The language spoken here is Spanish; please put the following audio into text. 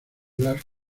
blas